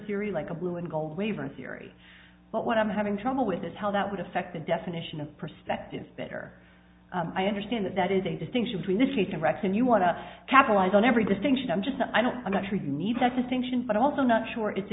theory like a blue and gold waiver in theory but what i'm having trouble with is how that would affect the definition of perspective better i understand that that is a distinction between this case and rex and you want to capitalize on every distinction i'm just i don't i'm not sure you need that distinction but i'm also not sure it's